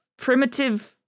primitive